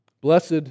Blessed